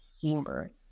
humor